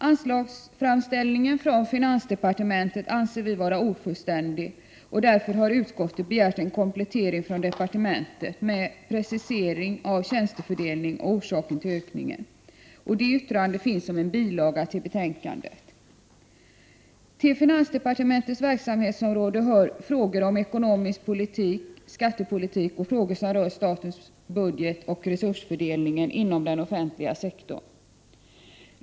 Anslagsframställningen från finansdepartementet anser vi vara ofullständig, och därför har utskottet begärt en komplettering från departementet med precisering av tjänstefördelning och orsaken till ökningen. Det yttrandet finns som en bilaga till betänkandet. Till finansdepartementets verksamhetsområde hör frågor om ekonomisk politik, skattepolitik och frågor som rör statens budget och resursfördelningen inom den offentliga sektorn.